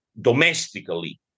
domestically